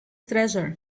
treasure